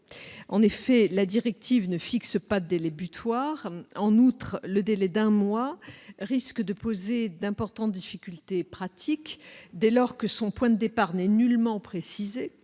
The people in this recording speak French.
En effet, la directive ne fixe pas de délai butoir. En outre, une échéance à un mois risque de poser d'importantes difficultés pratiques, dès lors que son point de départ n'est nullement précisé